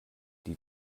die